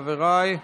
חבריי.